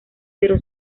pero